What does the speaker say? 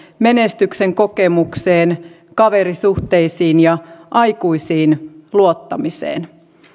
menestyksen kokemukseen kaverisuhteisiin ja aikuisiin luottamiseen